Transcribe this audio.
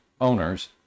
owners